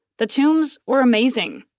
the tombs were amazing.